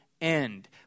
end